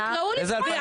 איזה 2,000 שקלים ללילה?